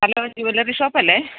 hello jewellery shop അല്ലേ